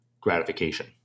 gratification